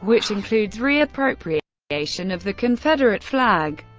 which includes reappropriation of the confederate flag.